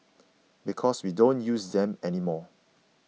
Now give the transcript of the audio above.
because we don't use them anymore